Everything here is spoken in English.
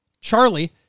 Charlie